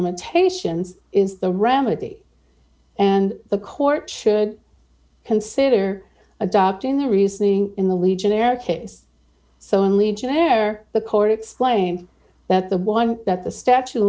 limitations is the remedy and the court should consider adopting the reasoning in the legionnaire case so in legionnaire the court's claim that the one that the statue of